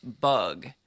Bug